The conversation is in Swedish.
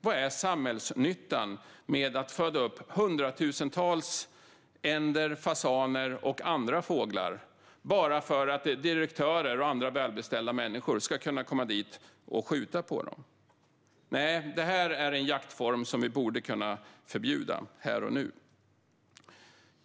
Vad är samhällsnyttan med att föda upp hundratusentals änder, fasaner och andra fåglar bara för att direktörer och andra välbeställda människor ska kunna komma dit och skjuta på dem? Nej, det här är en jaktform som vi borde kunna förbjuda här och nu.